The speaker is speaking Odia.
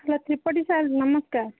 ହ୍ୟାଲୋ ତ୍ରିପାଠୀ ସାର୍ ନମସ୍କାର